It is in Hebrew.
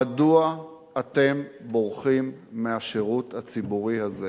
מדוע אתם בורחים מהשירות הציבורי הזה?